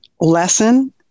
lesson